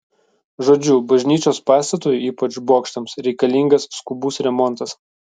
žodžiu bažnyčios pastatui ypač bokštams reikalingas skubus remontas